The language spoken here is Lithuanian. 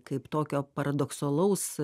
kaip tokio paradoksalaus